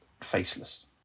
faceless